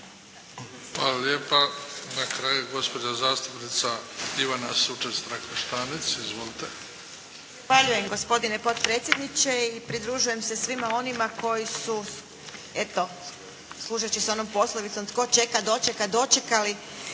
Hvala lijepa. Na kraju gospođa zastupnica Ivana Sučec-Trakoštanec. Izvolite! **Sučec-Trakoštanec, Ivana (HDZ)** Zahvaljujem gospodine potpredsjedniče. I pridružujem se svima onima koji su eto, služeći se onom poslovicom tko čeka, dočeka, dočekali